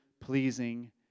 pleasing